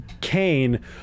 Kane